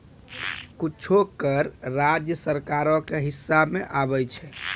कुछो कर राज्य सरकारो के हिस्सा मे आबै छै